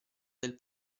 del